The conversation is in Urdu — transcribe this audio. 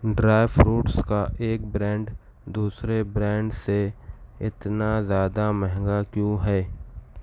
ڈرائی فروٹس کا ایک برانڈ دوسرے برانڈ سے اتنا زیادہ مہنگا کیوں ہے